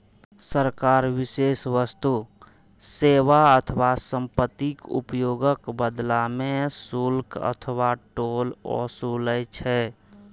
सरकार विशेष वस्तु, सेवा अथवा संपत्तिक उपयोगक बदला मे शुल्क अथवा टोल ओसूलै छै